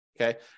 Okay